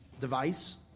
device